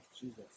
Jesus